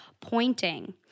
pointing